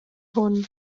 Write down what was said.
hwn